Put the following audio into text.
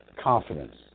Confidence